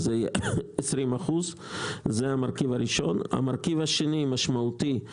זה יהיה 20%. המרכיב השני והמשמעותי הוא